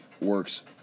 works